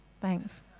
thanks